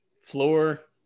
Floor